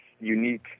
unique